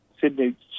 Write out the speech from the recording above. Sydney